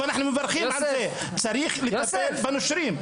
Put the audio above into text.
צריך לטפל בנושרים.